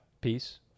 Peace